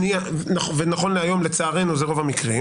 נכון להיום לצערנו זה רוב המקרים